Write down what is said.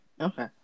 Okay